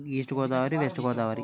east Godavari west Godavari